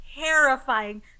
terrifying